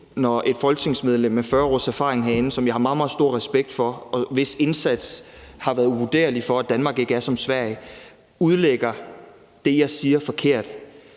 når et folketingsmedlem med 40 års erfaring herinde, som jeg har meget, meget stor respekt for, og hvis indsats har været uvurderlig for, at Danmark ikke er som Sverige, udlægger det, jeg siger, forkert.